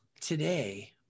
today